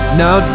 now